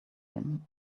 him